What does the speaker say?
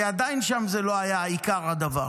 כי עדיין שם לא היה עיקר הדבר,